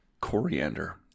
coriander